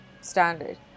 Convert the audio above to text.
standard